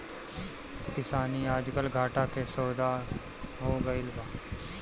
किसानी आजकल घाटा के सौदा हो गइल बा